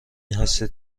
هستید